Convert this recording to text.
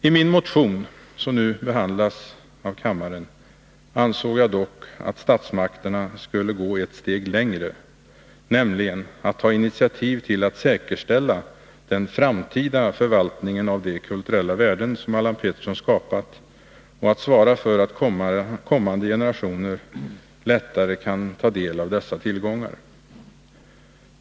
I min motion, som nu behandlas av kammaren, ansåg jag dock att statsmakterna skulle gå ett steg längre, nämligen ta initiativ till att säkerställa den framtida förvaltningen av de kulturella värden som Allan Pettersson skapat och svara för att kommande generationer lättare kan ta del av dessa tillgångar.